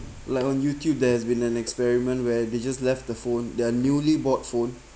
like on youtube there's been an experiment where they just left the phone their newly bought phone